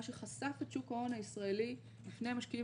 מה שחשף את שוק ההון הישראלי בפני משקיעים